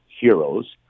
heroes